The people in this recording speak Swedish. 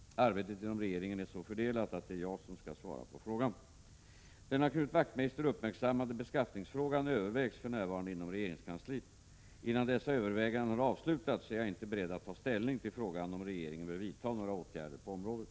Arbetet inom regeringen är så fördelat att det är jag som skall svara på frågan. Den av Knut Wachtmeister uppmärksammade beskattningsfrågan övervägs för närvarande inom regeringskansliet. Innan dessa överväganden har avslutats är jag inte beredd att ta ställning till frågan om regeringen bör vidta några åtgärder på området.